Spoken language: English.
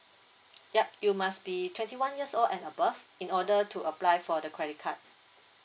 yup you must be twenty one years old and above in order to apply for the credit card